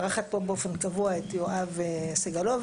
מארחת פה באופן קבוע את יואב סגלוביץ',